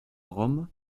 rome